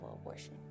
abortion